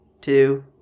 two